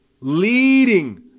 leading